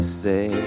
say